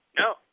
No